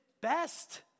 best